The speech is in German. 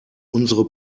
unsere